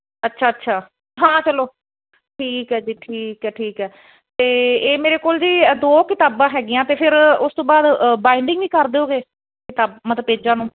ਅੱਛਾ ਅੱਛਾ ਹਾਂ ਚਲੋ ਠੀਕ ਹੈ ਜੀ ਠੀਕ ਹੈ ਠੀਕ ਹੈ ਤੇ ਇਹ ਮੇਰੇ ਕੋਲ ਜੀ ਦੋ ਕਿਤਾਬਾਂ ਹੈਗੀਆਂ ਤੇ ਫਿਰ ਉਸ ਤੋਂ ਬਾਅਦ ਬਾਇੰਡਿੰਗ ਵੀ ਕਰਦਿਓਗੇ ਕਿਤਾਬ ਮਤਲਬ ਪੇਜਾਂ ਨੂੰ